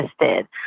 interested